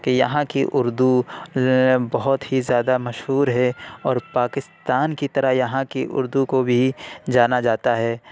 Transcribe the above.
کہ یہاں کی اردو بہت ہی زیادہ مشہور ہے اور پاکستان کی طرح یہاں کی اردو کو بھی جانا جاتا ہے